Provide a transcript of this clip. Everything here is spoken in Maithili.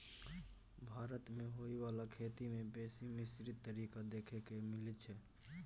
भारत मे होइ बाला खेती में बेसी मिश्रित तरीका देखे के मिलइ छै